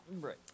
Right